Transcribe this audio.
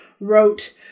wrote